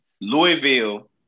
Louisville